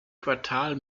quartal